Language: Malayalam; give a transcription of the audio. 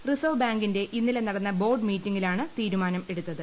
റിസർവ് ബാങ്കിന്റെ ഇന്നലെ നടന്ന ബോർഡ് മീറ്റിംഗിലാണ് തീരുമാനം എടുത്തത്